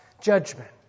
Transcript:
judgment